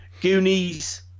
goonies